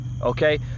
Okay